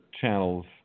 channels